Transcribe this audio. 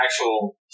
actual